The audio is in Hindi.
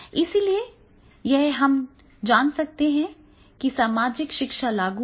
इसलिए यहाँ हम जान सकते हैं कि सामाजिक शिक्षा लागू है